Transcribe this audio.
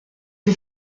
que